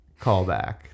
callback